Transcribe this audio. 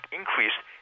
increased